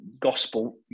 gospel